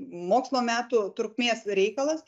mokslo metų trukmės reikalas